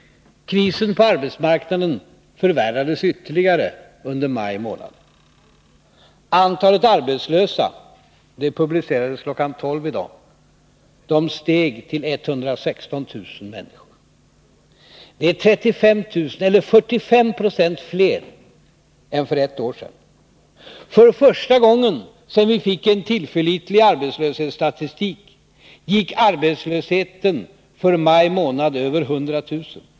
Krisen på arbetsmarknaden förvärrades ytterligare under maj månad. Antalet arbetslösa — statistiken publicerades kl. 12 i dag — steg till 116 000. Det är 35 000, eller 45 procent fler människor än för ett år sedan. För första gången sedan vi fick en tillförlitlig arbetslöshetsstatistik, gick arbetslösheten för maj månad över 100 000.